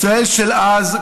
ישראל של אז,